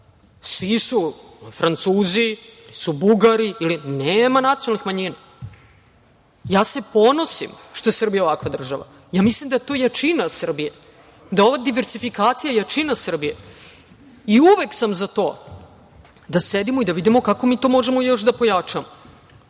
Svi su Francuzi ili su Bugari, nema nacionalnih manjina. Ja se ponosim što je Srbija ovakva država. Mislim da je to jačina Srbije, da je ova diversifikacija jačina Srbije. Uvek sam za to da sedimo i da vidimo kako mi to možemo još da pojačamo. Molim